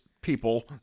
people